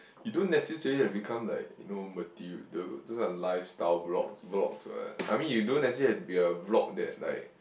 you don't necessary have to become like you know material those are lifestyle blogs vlogs what I mean you don't necessary have to be a vlog that like